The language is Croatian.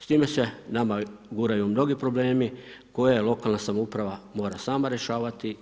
S time se nama guraju mnogi problemi koje lokalna samouprava mora sama rješavati.